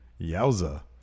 Yowza